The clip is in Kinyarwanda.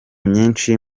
myinshi